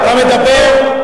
דבר עובדות.